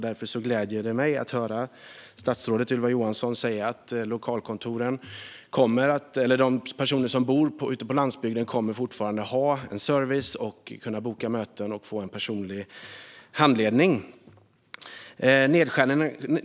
Därför gläder det mig att höra statsrådet Ylva Johansson säga att personer som bor på landsbygden fortfarande kommer att ha service, kunna boka möten och få personlig handledning.